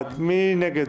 מי נגד?